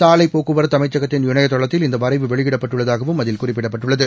சாலை போக்குவரத்து அமைச்சகத்தின் இணைய தளத்தில் இந்த வரைவு வெளியிடப்பட்டுள்ளதாகவும் அதில் குறிப்பிடப்பட்டுள்ளது